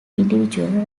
individual